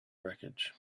wreckage